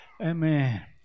Amen